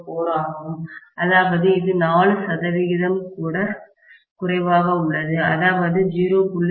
0004 ஆகும் அதாவது இது 4 சதவிகிதம் கூட குறைவாக உள்ளது அதாவது 0